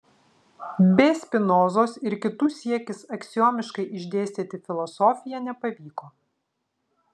b spinozos ir kitų siekis aksiomiškai išdėstyti filosofiją nepavyko